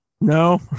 No